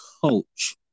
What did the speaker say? coach